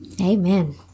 Amen